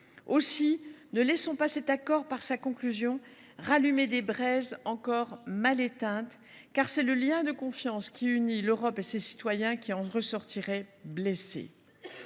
Aussi, ne laissons pas cet accord, par sa conclusion, rallumer des braises encore mal éteintes, car c’est le lien de confiance qui unit l’Europe et ses citoyens qui s’en trouverait endommagé.